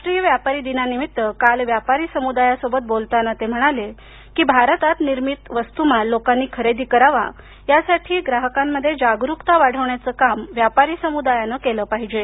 राष्ट्रीय व्यापारी दिनानिमित्त काल व्यापारी समुदायासोबत बोलताना ते म्हणाले की भारतात निर्मित वस्तुमाल लोकांनी खरेदी करावा यासाठी ग्राहकांमध्ये जागरुकता वाढवण्याचं काम व्यापारी समुदायानं केलं पाहिजे